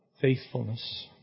Faithfulness